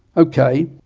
okay,